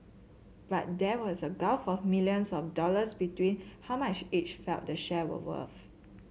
but there was a gulf of millions of dollars between how much each felt the share were worth